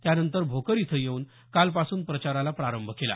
त्यानंतर भोकर इथं येऊन कालपासून प्रचाराला प्रारंभ केला